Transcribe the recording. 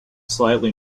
slightly